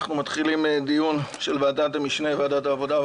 אנחנו מתחילים דיון של ועדת המשנה לוועדת העבודה,